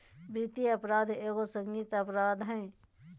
वित्तीय अपराध एगो संगीन अपराध हइ